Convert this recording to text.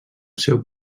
seu